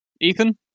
Ethan